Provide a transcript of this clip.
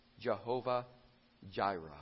Jehovah-Jireh